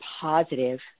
positive